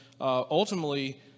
ultimately